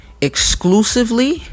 Exclusively